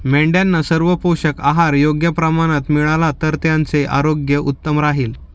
मेंढ्यांना सर्व पोषक आहार योग्य प्रमाणात मिळाला तर त्यांचे आरोग्य उत्तम राहील